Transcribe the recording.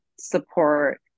support